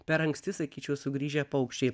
per anksti sakyčiau sugrįžę paukščiai